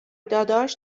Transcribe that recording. داداش